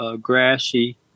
grassy